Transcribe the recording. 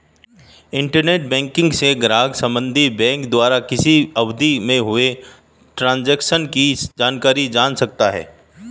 internet banking से ग्राहक संबंधित बैंक द्वारा किसी अवधि में हुए ट्रांजेक्शन की जानकारी जान सकता है